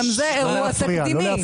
גם זה אירוע תקדימי.